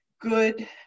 good